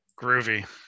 Groovy